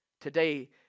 Today